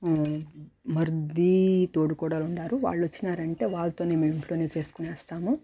మర్ది తోడుకోడలుండారు వాళ్ళు వచ్చినారంటే వాళ్ళతోనే మేం ఇంట్లోనే చేసుకునేస్తాము